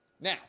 Now